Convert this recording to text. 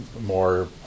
more